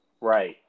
right